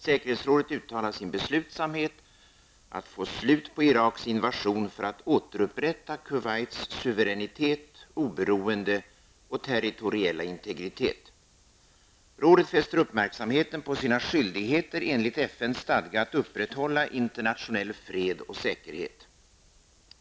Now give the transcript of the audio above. Säkerhetsrådet uttalar sin beslutsamhet att få slut på Iraks invasion för att återupprätta Kuwaits suveränitet, oberoende och territoriella integritet. Rådet fäster uppmärksamheten på sina skyldigheter enligt FNs stadga att upprätthålla internationell fred och säkerhet.